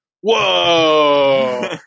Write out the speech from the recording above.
Whoa